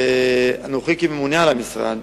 ואנוכי כממונה על המשרד,